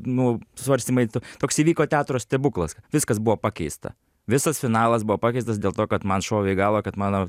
nu svarstymai toks įvyko teatro stebuklas viskas buvo pakeista visas finalas buvo pakeistas dėl to kad man šovė į galvą kad mano